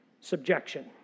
subjection